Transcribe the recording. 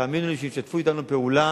תאמינו לי שאם ישתפו אתנו פעולה,